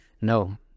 No